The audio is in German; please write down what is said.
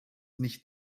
nicht